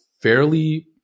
fairly